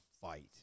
fight